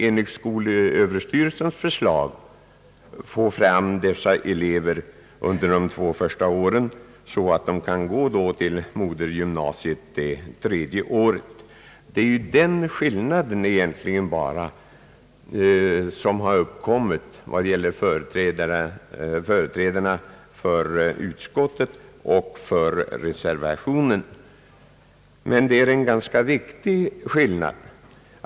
Enligt skolöverstyrelsens förslag kan man låta dessa elever stanna kvar på hemorten och läsa där under de två första åren, varefter de kan gå till ett modergymnasium det tredje året. Det är egentligen bara den skillnaden mellan förträdarna för utskottet och företrädarna för reservationen. Men det är en ganska viktig skillnad.